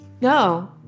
No